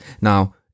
Now